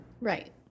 Right